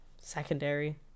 secondary